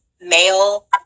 male